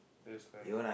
that's nice